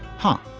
huh?